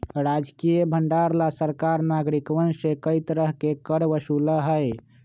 राजकीय भंडार ला सरकार नागरिकवन से कई तरह के कर वसूला हई